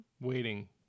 waiting